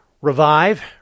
revive